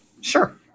Sure